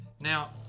Now